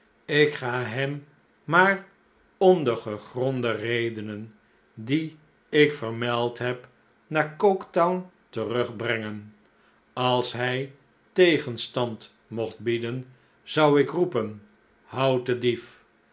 ik ga hem maar om de gegronde redenen die ik vermeld heb naarooketown terugbrengen als hij tegenstand mocht bieden zou ik roepen houd den dief